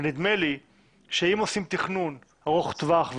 נדמה לי שאם עושים תכנון ארוך טווח,